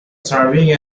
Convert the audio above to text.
serving